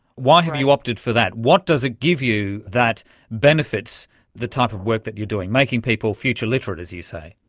why have you opted for that? what does it give you that benefits the type of work that you're doing, making people future literate, as you say?